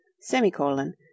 semicolon